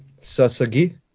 Sasagi